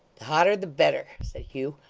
the hotter the better said hugh,